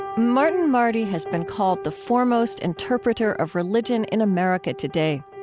martin marty has been called the foremost interpreter of religion in america today.